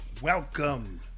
welcome